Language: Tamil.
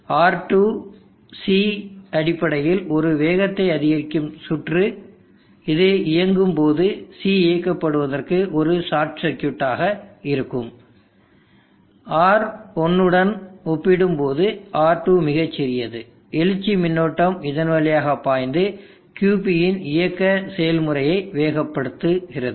R2 C அடிப்படையில் ஒரு வேகத்தை அதிகரிக்கும் சுற்று இது இயங்கும் போது C இயக்கப்படுவதற்கு ஒரு ஷார்ட் சர்க்யூட் ஆக இருக்கும் R1உடன் ஒப்பிடும்போது R2 மிகச்சிறியது எழுச்சி மின்னோட்டம் இதன் வழியாக பாய்ந்து QP இன் இயக்க செயல்முறையை வேகப் படுத்துகிறது